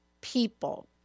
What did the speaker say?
people